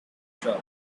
shop